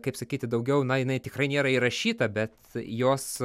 kaip sakyti daugiau na jinai tikrai nėra įrašyta bet jos